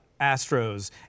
Astros